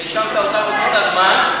כשהאשמת אותנו כל הזמן,